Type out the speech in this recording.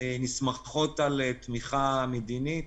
נסמכות על תמיכה מדינית,